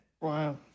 Wow